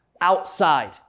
outside